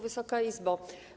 Wysoka Izbo!